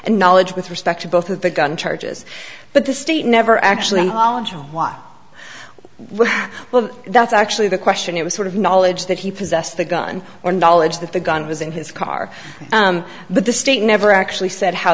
and knowledge with respect to both of the gun charges but the state never actually well that's actually the question it was sort of knowledge that he possessed the gun or knowledge that the gun was in his car but the state never actually said how